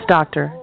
Doctor